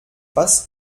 was